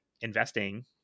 investing